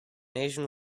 asian